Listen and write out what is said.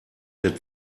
der